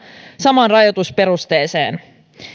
samaan rajoitusperusteeseen